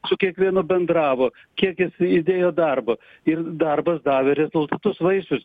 su kiekvienu bendravo kiek jis įdėjo darbo ir darbas davė rezultatus vaisius